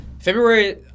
February